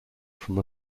from